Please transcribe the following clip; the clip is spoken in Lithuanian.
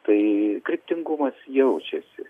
tai kryptingumas jaučiasi